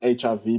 HIV